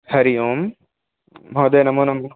हरिः ओम् महोदय नमो नमः